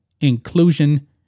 inclusion